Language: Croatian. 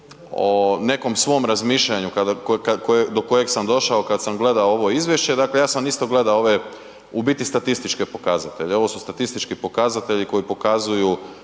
o nekom svom razmišljanju do kojeg sam došao kad sam gledao ovo izvješće, dakle ja sam isto gledao ove u biti statističke pokazatelje, ovo su statistički pokazatelji koji pokazuju